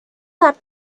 that